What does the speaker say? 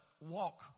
walk